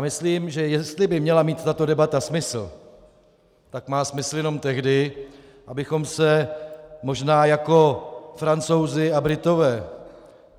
Myslím, že jestli by měla mít tato debata smysl, tak má smysl jenom tehdy, abychom se možná jako Francouzi a Britové